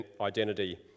identity